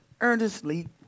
earnestly